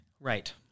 Right